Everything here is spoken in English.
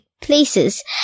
places